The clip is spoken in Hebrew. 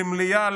למליאה,